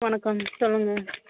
வணக்கம் சொல்லுங்க